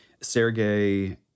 Sergey